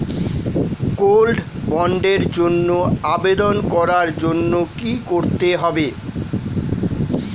Gold বন্ডের জন্য আবেদন করার জন্য কি করতে হবে?